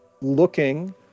looking